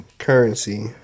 Currency